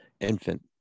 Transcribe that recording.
infant